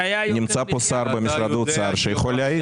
נמצא פה שר במשרד האוצר שיכול להעיד על זה.